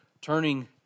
Turning